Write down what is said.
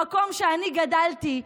במקום שאני גדלתי,